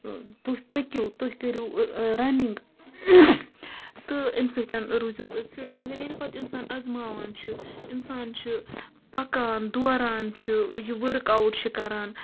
تُہۍ پٔکِو تُہۍ کٔرِو رَنِنٛگ تہٕ اَمۍ سۭتۍ روٗزِو تُہۍ فِٹ مَگر ییٚلہِ پَتہٕ اِنسان اَزماوان چھُ اِنسان چھُ پَکان دوران چھُ یہِ ؤرٕک آوُٹ چھِ کَران